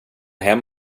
hem